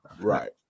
Right